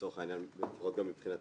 לצורך העניין, לפחות גם מבחינתנו.